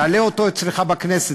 תעלה אותו אצלך בוועדה,